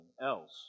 else